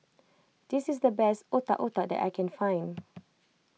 this is the best Otak Otak that I can find